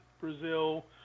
Brazil